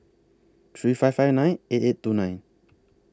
three five five nine eight eight two nine